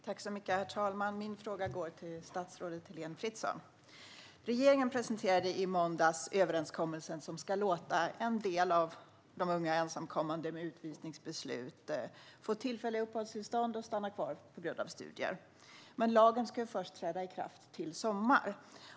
Herr talman! Min fråga går till statsrådet Heléne Fritzon. Regeringen presenterade i måndags överenskommelsen som ska låta en del av de unga ensamkommande med utvisningsbeslut få tillfälliga uppehållstillstånd och stanna kvar på grund av studier. Men lagen ska träda i kraft först i sommar.